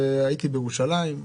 הייתי בירושלים,